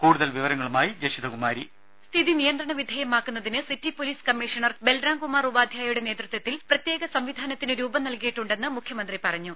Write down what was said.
കൂടുതൽ വിവരങ്ങളുമായി ജഷിത കുമാരി വോയ്സ് രുഭ സ്ഥിതി നിയന്ത്രണ വിധേയമാക്കുന്നതിന് city police commissioner Balram Kumar ഉപാധ്യായയുടെ നേതൃത്വത്തിൽ പ്രത്യേക സംവിധാനത്തിന് രൂപം നൽകിയിട്ടുണ്ടെന്ന് മുഖ്യമന്ത്രി പറഞ്ഞു